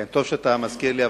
טוב שאתה מזכיר לי,